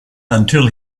until